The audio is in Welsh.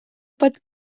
bod